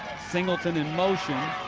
singleton in motion.